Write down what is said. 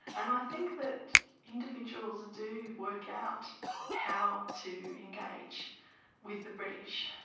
and i think that individuals do work out how to engage with the british.